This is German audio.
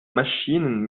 maschinen